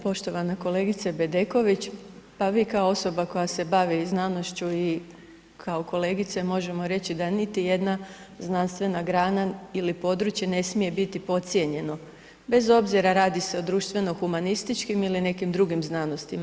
Poštovana kolegice Bedeković, pa vi kao osoba koja se bavi znanošću i kao kolegice, možemo reći da niti jedna znanstvena grana ili područje ne smije biti podcijenjeno, bez obzira radi se o društveno humanističkim ili nekim drugim znanostima.